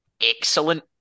excellent